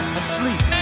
asleep